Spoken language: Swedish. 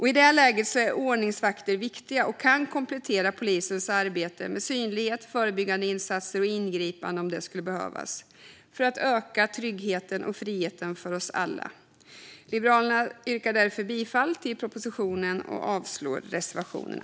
I detta läge är ordningsvakter viktiga och kan komplettera polisens arbete med synlighet, förebyggande insatser och ingripande om det skulle behövas för att öka tryggheten och friheten för oss alla. Jag yrkar därför bifall till propositionen och avslag på reservationerna.